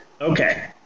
Okay